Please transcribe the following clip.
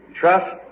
trust